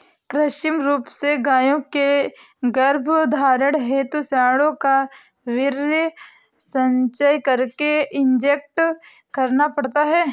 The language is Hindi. कृत्रिम रूप से गायों के गर्भधारण हेतु साँडों का वीर्य संचय करके इंजेक्ट करना पड़ता है